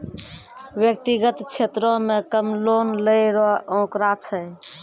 व्यक्तिगत क्षेत्रो म कम लोन लै रो आंकड़ा छै